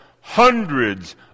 Hundreds